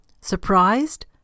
Surprised